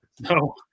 No